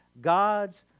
God's